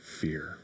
fear